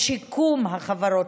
ובשיקום החברות.